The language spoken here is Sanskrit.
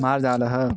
मार्जालः